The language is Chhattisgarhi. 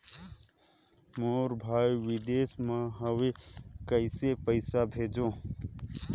मोर भाई विदेश मे हवे कइसे पईसा भेजो?